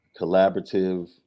collaborative